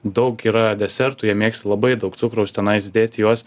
daug yra desertų jie mėgsta labai daug cukraus tenais dėt į juos